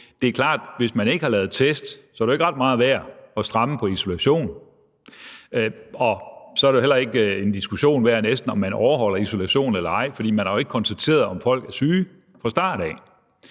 er det klart, at hvis ikke man har lavet test, er det ikke ret meget værd at stramme på isolationen, og så er det næsten heller ikke en diskussion værd, om man overholder isolationen eller ej, for man har jo ikke konstateret, om folk er syge fra start af.